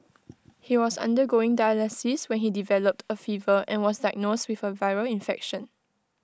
he was undergoing dialysis when he developed A fever and was diagnosed with A viral infection